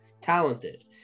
talented